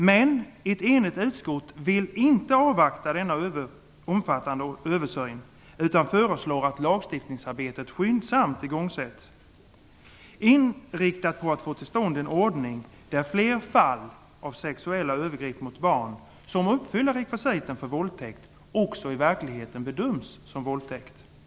Men ett enigt utskott vill inte avvakta denna omfattande översyn, utan föreslår att lagstiftningsarbetet skyndsamt igångsätts och inriktas på att få till stånd en ordning där fler fall av sexuella övergrepp på barn som uppfyller rekvisiten för våldtäkt också i verkligheten bedöms som våldtäkt. Herr talman!